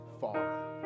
far